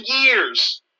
years